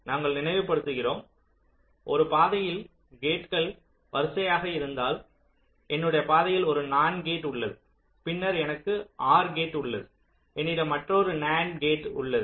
நாங்கள் நினைவுபடுத்துகிறோம் ஒரு பாதையில் கேட்கள் வரிசையாக இருந்தால் என்னுடைய பாதையில் ஒரு நண்ட் கேட் உள்ளது பின்னர் எனக்கு ஆர் கேட் உள்ளது என்னிடம் மற்றொரு நண்ட் கேட் உள்ளது